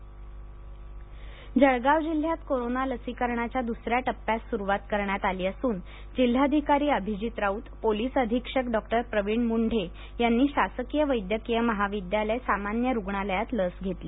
जळगाव लसीकरण जळगाव जिल्ह्यात कोरोना लसीकरणाच्या दुस या टप्प्यास सुरूवात करण्यात आली असून जिल्हाधिकारी अभिजीत राऊत पोलीस अधीक्षक डॉक्टर प्रवीण मुंढे यांनी शासकीय वैद्यकीय महाविद्यालय सामान्य रुग्णालयात लस घेतली